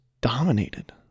dominated